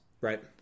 Right